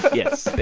yes.